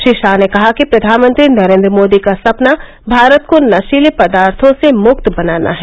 श्री शाह ने कहा कि प्रधानमंत्री नरेन्द्र मोदी का सपना भारत को नशीले पदार्थो से मुक्त बनाना है